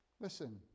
Listen